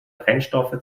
brennstoffe